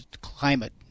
climate